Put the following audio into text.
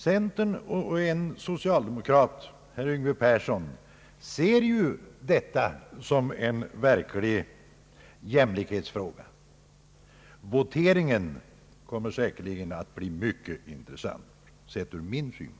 Centern och en socialdemokrat, herr Yngve Persson, ser ju detta som en verklig jämlikhetsfråga. Voteringen kommer att bli mycket intressant, sedd ur min synpunkt.